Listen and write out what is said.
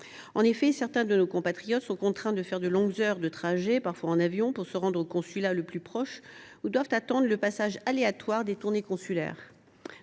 indéniables. Certains de nos compatriotes sont contraints de faire de longues heures de trajet, parfois en avion, pour se rendre au consulat le plus proche ou doivent attendre le passage aléatoire des tournées consulaires